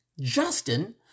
Justin